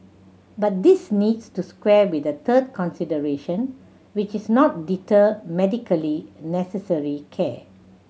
but this needs to square with a third consideration which is not deter medically necessary care